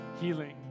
healing